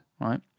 Right